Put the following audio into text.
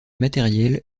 matériels